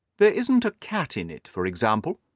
there isn't a cat in it, for example?